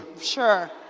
Sure